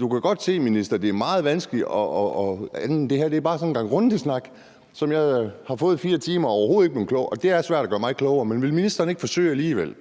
du kan vel godt se, minister, at det er meget vanskeligt, og at det her bare er sådan en gang rundesnak, som jeg har fået igennem 4 timer, og jeg er overhovedet ikke er blevet klogere, og det er svært at gøre mig klogere. Men vil ministeren ikke alligevel